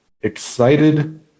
excited